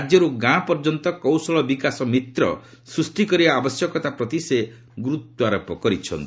ରାଜ୍ୟରୁ ଗାଁ ପର୍ଯ୍ୟନ୍ତ କୌଶଳ ବିକାଶ ମିତ୍ର ସୂଷ୍ଟି କରିବା ଆବଶ୍ୟକତା ପ୍ରତି ସେ ଗୁରୁତ୍ୱାରୋପ କରିଛନ୍ତି